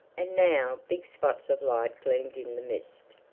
and now big spots of light gleamed in the mist.